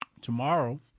Tomorrow